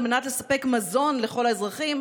על מנת לספק מזון לכל האזרחים,